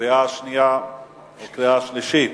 קריאה שנייה וקריאה שלישית.